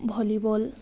volleyball